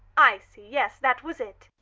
icy. yes, that was it.